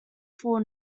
four